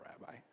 rabbi